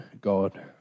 God